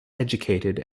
educated